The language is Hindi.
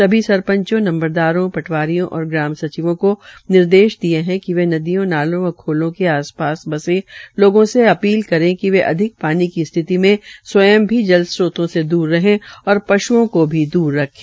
सभी सरपंचों नंबरदारों पटवारियों और ग्राम सचिवों को निर्देश दिये है कि नदियों नालों व खालों के आसपास बसे लोगों से अपील करे कि अधिक पानी की स्थिति में स्वयं भी जल स्त्रोतों से दूर रहे और पश्ओं को भी दूर रखें